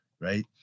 right